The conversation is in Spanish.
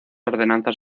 ordenanzas